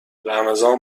رمضان